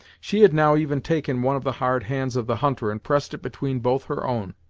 she had now even taken one of the hard hands of the hunter and pressed it between both her own,